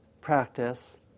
practice